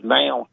now